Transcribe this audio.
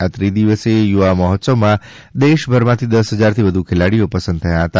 આ ત્રિ દિવસીય યુવા મહોત્સવમાં દેશભર માથી દસ હજારથી વધુ ખેલાડીઓ પસંદ થયા હતા